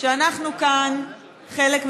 שאנחנו כאן חלק ממשחק,